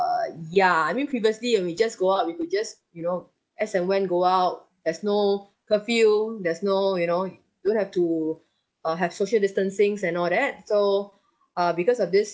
ya I mean previously when we just go out we could just you know as and when go out there's no curfew there's no you know don't have to uh have social distancings and all that so uh because of this